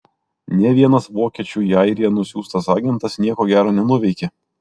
nė vienas vokiečių į airiją nusiųstas agentas nieko gero nenuveikė